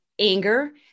Anger